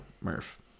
Murph